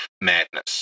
madness